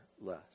less